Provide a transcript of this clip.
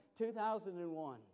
2001